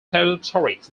territories